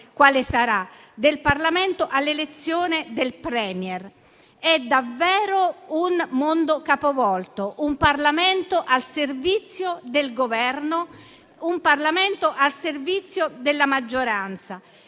soglia del Parlamento, all'elezione del *Premier.* È davvero un mondo capovolto: un Parlamento al servizio del Governo, un Parlamento al servizio della maggioranza.